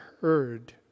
heard